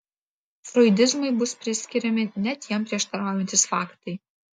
froidizmui bus priskiriami net jam prieštaraujantys faktai